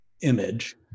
image